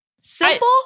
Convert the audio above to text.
Simple